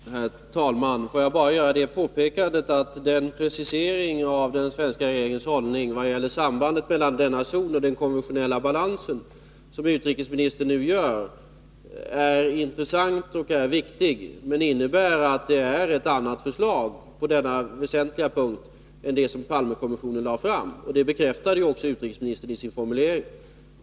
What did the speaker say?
Herr talman! Låt mig bara påpeka att den precisering av den svenska regeringens hållning när det gäller sambandet mellan denna korridor och den konventionella balansen som utrikesministern nu gör är intressant och viktig, men den innebär att det på denna punkt är ett annat förslag som regeringen framfört än det Palmekommissionen lade fram. Det bekräftade utrikesministern också genom sin formulering.